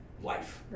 life